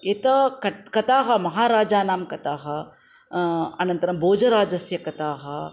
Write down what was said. यथा कत् कथाः महाराजानां कथाः अनन्तरं भोजराजस्य कथाः